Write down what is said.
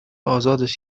ازادش